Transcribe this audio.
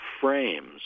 frames